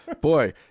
boy